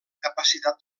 capacitat